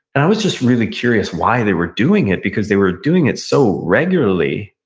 and i was just really curious why they were doing it, because they were doing it so regularly.